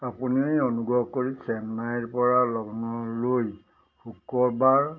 আপুনি অনুগ্ৰহ কৰি চেন্নাইৰপৰা লক্ষ্ণৌলৈ শুক্ৰবাৰ